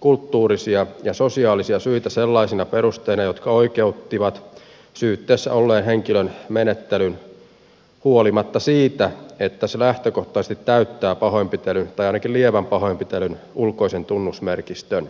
kulttuurisia ja sosiaalisia syitä sellaisina perusteina jotka oikeuttivat syytteessä olleen henkilön menettelyn huolimatta siitä että se lähtökohtaisesti täyttää pahoinpitelyn tai ainakin lievän pahoinpitelyn ulkoisen tunnusmerkistön